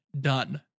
done